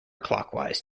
clockwise